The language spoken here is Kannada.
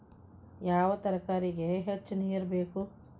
ಯಾವ ತರಕಾರಿಗೆ ಹೆಚ್ಚು ನೇರು ಬೇಕು?